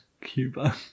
Cuba